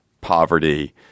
poverty